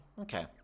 okay